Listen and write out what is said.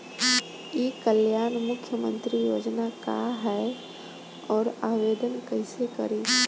ई कल्याण मुख्यमंत्री योजना का है और आवेदन कईसे करी?